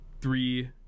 three